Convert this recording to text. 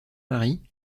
marie